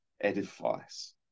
edifies